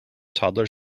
toddler